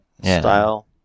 style